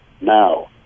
now